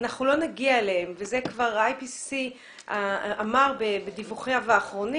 אנחנו לא נגיע אליהם וזה כבר נאמר בדיווחים האחרונים